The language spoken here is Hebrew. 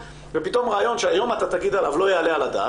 ופתאום רעיון שהיום אתה תגיד עליו לא יעלה על הדעת,